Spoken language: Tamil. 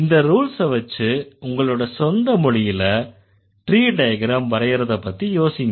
இந்த ரூல்ஸ வெச்சு உங்களோட சொந்த மொழியில ட்ரீ டயக்ரம் வரையறதப்பத்தி யோசிங்க